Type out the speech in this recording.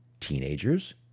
teenagers